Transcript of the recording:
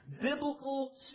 biblical